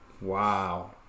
Wow